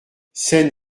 scène